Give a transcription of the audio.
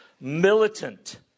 Militant